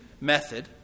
method